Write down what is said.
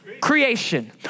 creation